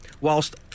whilst